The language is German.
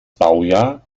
baujahr